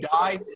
die